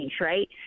right